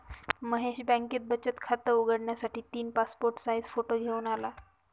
महेश बँकेत बचत खात उघडण्यासाठी तीन पासपोर्ट साइज फोटो घेऊन आला